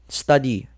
study